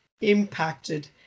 impacted